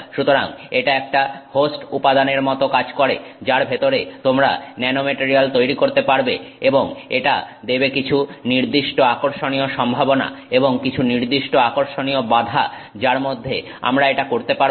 সুতরাং এটা একটা হোস্ট উপাদানের মতন কাজ করবে যার ভেতরে তোমরা ন্যানোমেটারিয়াল তৈরি করতে পারব এবং এটা দেবে কিছু নির্দিষ্ট আকর্ষণীয় সম্ভাবনা এবং কিছু নির্দিষ্ট আকর্ষণীয় বাধা যার মধ্যে আমরা এটা করতে পারব